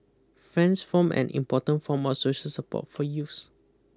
friends form an important form of social support for youths